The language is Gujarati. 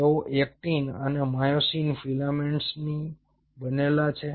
તેઓ એક્ટિન અને માયોસિન ફિલામેન્ટ્સથી બનેલા છે